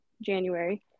January